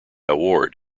award